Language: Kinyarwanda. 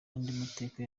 mateka